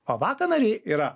avaka nariai yra